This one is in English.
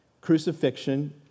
Crucifixion